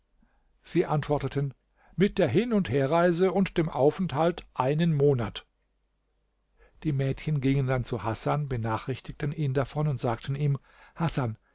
sie antworteten mit der hin und herreise und dem aufenthalt einen monat die mädchen gingen dann zu hasan benachrichtigten ihn davon und sagten ihm hasan